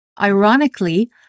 Ironically